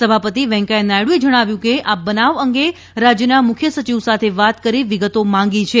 સભાપતિ વેંકૈયા નાયડુએ જણાવ્યું કે આ બનાવ અંગે રાજ્યના મુખ્ય સયિવ સાથે વાત કરી વિગતો માંગી છે